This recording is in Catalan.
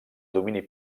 domini